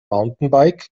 mountainbike